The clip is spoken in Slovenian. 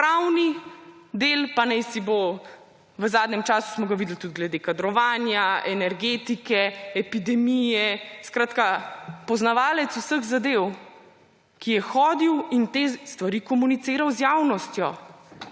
del, pa najsibo … V zadnjem času smo ga videli tudi glede kadrovanja, energetike, epidemije − skratka, poznavalec vseh zadev −, ki je hodil in te stvari komuniciral z javnostjo